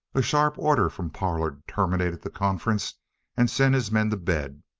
a sharp order from pollard terminated the conference and sent his men to bed,